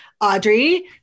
Audrey